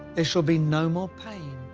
there shall be no more pain,